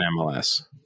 MLS